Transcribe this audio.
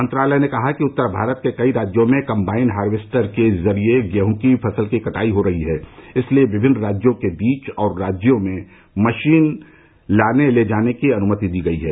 मंत्रालय ने कहा है कि उत्तर भारत के कई राज्यों में कम्बाइन हार्वेस्टर के जरिए गेहूं की फसल की कटाई हो रही है इसलिए विभिन्न राज्यों के बीच और राज्यों में मशीन लाने ले जाने की अनुमति दी गई है